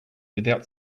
without